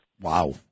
Wow